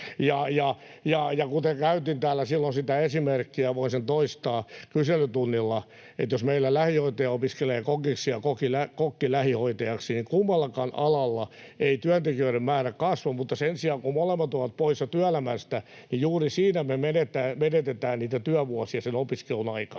Ja kuten käytin täällä silloin kyselytunnilla sitä esimerkkiä, voin sen toistaa, että jos meillä lähihoitaja opiskelee kokiksi ja kokki lähihoitajaksi, niin kummallakaan alalla ei työntekijöiden määrä kasva, mutta sen sijaan, kun molemmat ovat poissa työelämästä, niin juuri siinä me menetetään niitä työvuosia siellä opiskelun aikana.